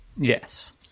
Yes